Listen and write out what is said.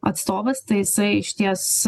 atstovas tai jisai išties